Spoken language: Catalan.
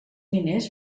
miners